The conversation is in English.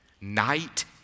Night